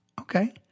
okay